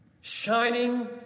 shining